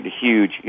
huge